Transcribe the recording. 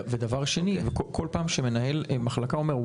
ודבר שני כל פעם שמנהל מחלקה אומר: